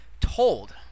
told